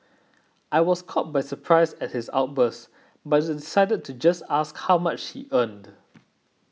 I was caught by surprise at his outburst but decided to just ask how much he earned